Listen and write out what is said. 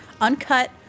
uncut